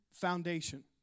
foundation